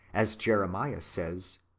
as jeremiah says,